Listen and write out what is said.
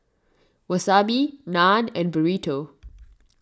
Wasabi Naan and Burrito